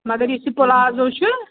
مگر یُس یہِ پٕلازو چھُ